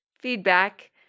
feedback